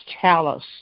chalice